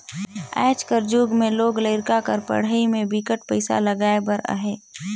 आज कर जुग में लोग लरिका कर पढ़ई में बिकट पइसा लगाए बर अहे